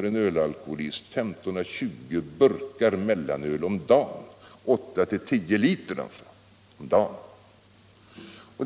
bli full. 15 å 20 burkar mellanöl om dagen — 8-10 liter alltså — är en normalkonsumtion för en alkoholist.